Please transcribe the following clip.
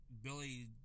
Billy